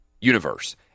universe